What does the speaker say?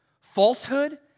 falsehood